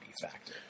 factor